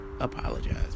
Apologize